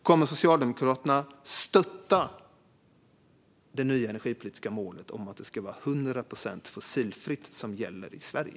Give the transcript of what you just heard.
Kommer Socialdemokraterna att stötta det nya energipolitiska målet om att det ska vara 100 procent fossilfritt som gäller i Sverige?